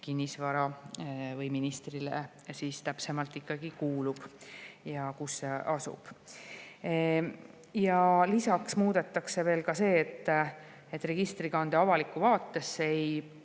kinnisvara talle täpsemalt ikkagi kuulub ja kus see asub. Lisaks muudetakse veel ka see, et registrikande avalikku vaatesse